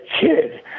kid